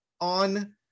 on